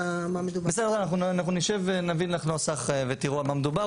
אנחנו נשב ונביא לך נוסח ותראו על מה מדובר.